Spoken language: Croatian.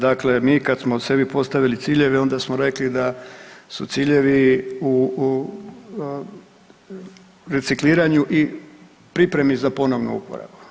Dakle, mi kad smo sebi postavili ciljeve onda smo rekli da su ciljevi u recikliranju i pripremi za ponovnu uporabu.